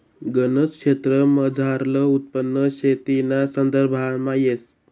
गनज क्षेत्रमझारलं उत्पन्न शेतीना संदर्भामा येस